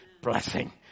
Blessing